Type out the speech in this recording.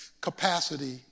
capacity